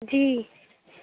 جی